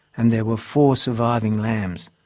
and there were four surviving lambs.